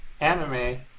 anime